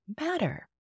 matter